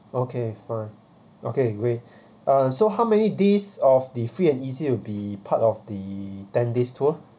okay fine okay great uh so how many days of the free and easy will be part of the ten days tour